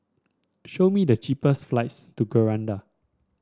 show me the cheapest flights to Grenada